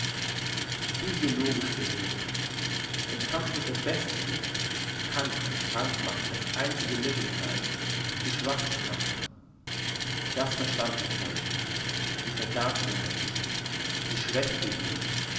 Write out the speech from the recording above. physiologisch geredet im kampf mit der bestie kann krank machen das einzige mittel sein sie schwach zu machen das verstand die kirche sie verdarb den menschen sie schwächte ihn